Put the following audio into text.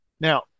Now